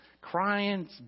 crying